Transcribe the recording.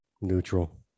Neutral